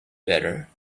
better